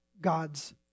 God's